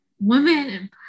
women